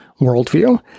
worldview